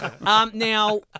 Now